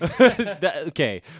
Okay